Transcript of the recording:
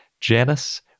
Janice